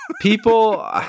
People